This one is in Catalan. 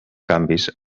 canvis